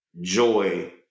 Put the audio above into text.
joy